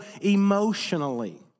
emotionally